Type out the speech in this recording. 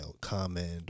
comment